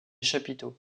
chapiteaux